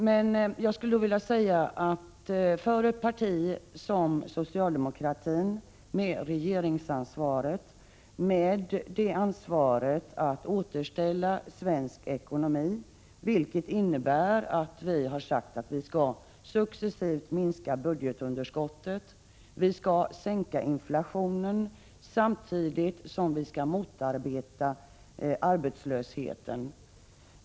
Men jag vill då framhålla att det socialdemokratiska partiet har regeringsansvaret och ansvaret att återställa svensk ekonomi, vilket innebär att vi skall successivt minska budgetunderskottet, och vi skall sänka inflationen samtidigt som vi skall motverka arbetslösheten.